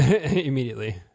immediately